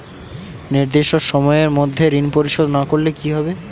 নির্দিষ্ট সময়ে মধ্যে ঋণ পরিশোধ না করলে কি হবে?